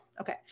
Okay